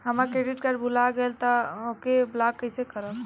हमार credit card भुला गएल बा त ओके ब्लॉक कइसे करवाई?